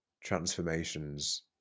transformations